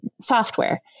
software